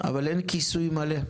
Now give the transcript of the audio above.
אבל אין כיסוי מלא.